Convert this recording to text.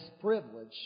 privilege